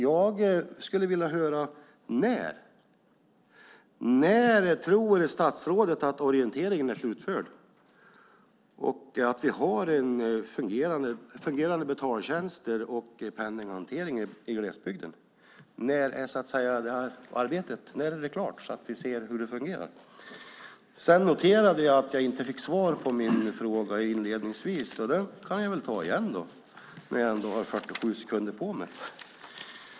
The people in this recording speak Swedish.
Jag skulle vilja höra när statsrådet tror att orienteringen är slutförd och vi har en fungerande betaltjänst och penninghantering i glesbygden. När är arbetet klart så att vi ser hur det fungerar? Jag noterar att jag inte fick svar på den fråga som jag inledningsvis ställde. Jag kan ta den igen, eftersom jag har 47 sekunder på mig.